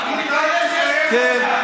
אני מתבייש, כן.